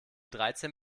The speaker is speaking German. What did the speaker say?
dreizehn